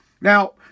Now